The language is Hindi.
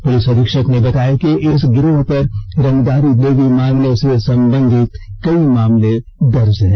पुलिस अधीक्षक ने बताया कि इस गिरोह पर रंगदारी लेवी मांगने से संबंधित कई मामले दर्ज हैं